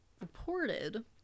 reported